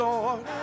Lord